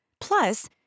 Plus